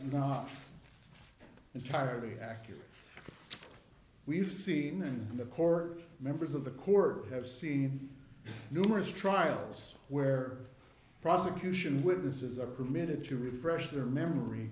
not entirely accurate we've seen the core members of the corps have seen numerous trials where prosecution witnesses are permitted to refresh their memory